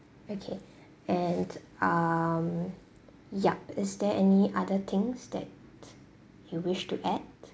okay and um yup is there any other things that you wish to add